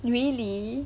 really